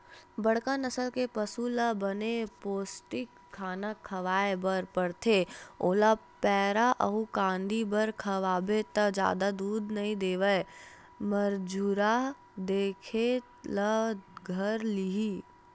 बड़का नसल के पसु ल बने पोस्टिक खाना खवाए बर परथे, ओला पैरा अउ कांदी भर खवाबे त जादा दूद नइ देवय मरझुरहा दिखे ल धर लिही